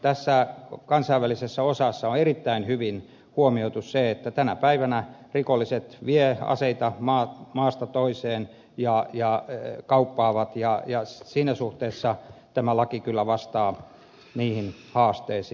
tässä kansainvälisessä osassa on erittäin hyvin huomioitu se että tänä päivänä rikolliset vievät aseita maasta toiseen ja kauppaavat ja siinä suhteessa tämä laki kyllä vastaa niihin haasteisiin